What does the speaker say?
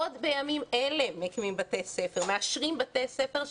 עוד בימים אלה מקימים בתי ספר, מאשרים בתי ספר.